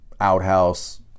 outhouse